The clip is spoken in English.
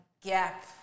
gap